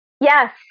Yes